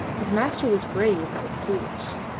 his master was brave, but foolish.